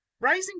Raising